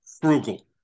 frugal